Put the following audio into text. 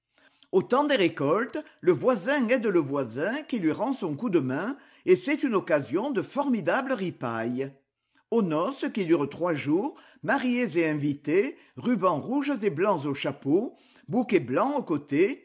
temps des récoltes le voisin aide le voisin qui lui rend son coup de main et c'est une occasion de formidables ripailles aux noces qui durent trois jours mariés et invités rubans rouges et blancs au chapeau bouquet blanc au côté